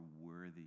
worthy